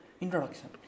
introduction